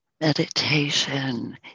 Meditation